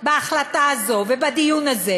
בהחלטה הזו ובדיון הזה.